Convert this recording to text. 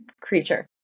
creature